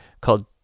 called